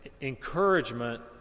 encouragement